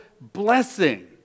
blessing